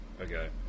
Okay